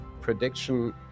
prediction